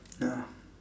ya